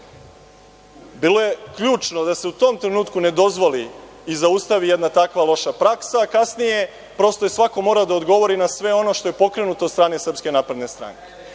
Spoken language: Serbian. tema. Bilo je ključno da se u tom trenutku ne dozvoli i zaustavi jedna takva loša praksa, a kasnije, prosto je svako morao da odgovori na sve ono što je pokrenuto od strane SNS.Jasno je da je